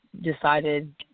decided